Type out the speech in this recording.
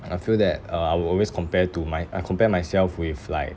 I feel that uh I will always compare to my I compare myself with like